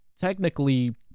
technically